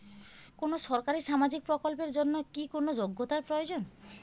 কোনো সরকারি সামাজিক প্রকল্পের জন্য কি কোনো যোগ্যতার প্রয়োজন?